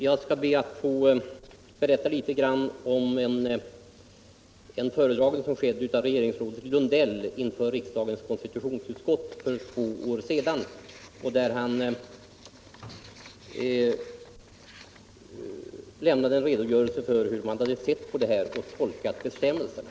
Herr talman! Jag skall be att få berätta litet om en föredragning som gjordes av regeringsrådet Lundell inför riksdagens konstitutionsutskott för två år sedan. Där lämnade han en redogörelse för hur man sett på Estniska Dagbladet och tolkat bestämmelserna.